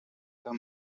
tam